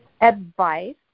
advice